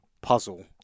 puzzle